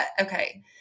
okay